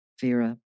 Vera